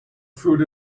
food